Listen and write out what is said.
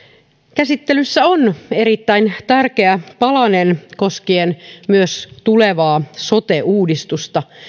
käsittelyssä on erittäin tärkeä palanen koskien myös tulevaa sote uudistusta